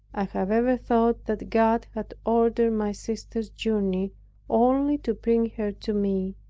i have ever thought that god had ordered my sister's journey only to bring her to me,